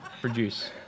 produce